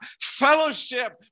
fellowship